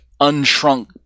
unshrunk